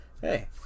hey